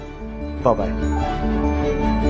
Bye-bye